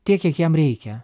tiek kiek jam reikia